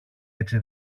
έτσι